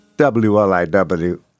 W-L-I-W